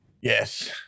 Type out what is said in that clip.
Yes